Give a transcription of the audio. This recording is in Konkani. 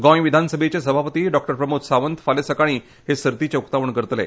गोंय विधानसभेचे सभापती प्रमोद सावंत फाल्यां सकाळीं हे सर्तीचें उकातवण करतले